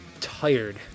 tired